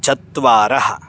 चत्वारः